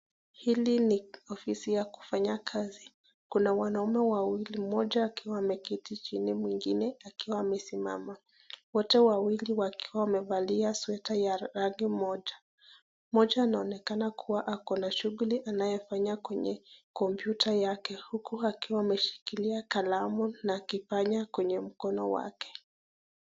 Hili ni ofisi ya kufanya kazi. Kuna wanaume wawili, moja akiwa ameketi chini mwingine akiwa amesimama. Wote wawili wakiwa wamevalia sweta ya rangi moja. Moja anaonekana kuwa ako na shughuli anayo fanya kwenye komputa yake. Huku akiwa ameshikilia kalamu na kipanya kwenye mkono wake.